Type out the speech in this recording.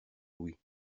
louis